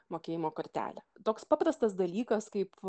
mokėjimo kortelę toks paprastas dalykas kaip